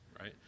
right